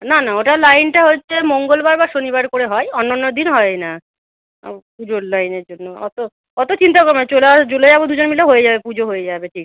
না না ওটা লাইনটা হচ্ছে মঙ্গলবার বা শনিবার করে হয় অন্য অন্য দিন হয় না ও পুজোর লাইনের জন্য অত অত চিন্তা করবি না চলে আস চলে যাব দুজন মিলে হয়ে যাবে পুজো হয়ে যাবে ঠিক